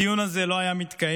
הדיון הזה לא היה מתקיים.